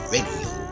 Radio